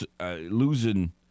losing